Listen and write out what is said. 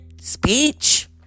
speech